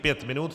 Pět minut.